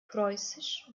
preußisch